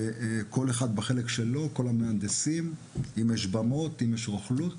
כל אחד בחלק שלו, אם יש במות, אם יש רוכלות